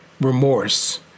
remorse